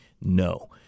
No